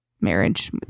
marriage